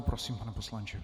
Prosím, pane poslanče.